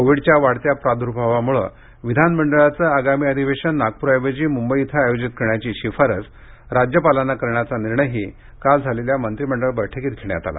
कोविडच्या वाढत्या प्रादुर्भावामुळे विधानमंडळाचं आगामी अधिवेशन नागपूर ऐवजी मुंबई इथे आयोजित करण्याची शिफारस राज्यपालांना करण्याचा निर्णयही काल झालेल्या मंत्रिमंडळ बैठकीत घेण्यात आला